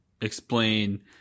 explain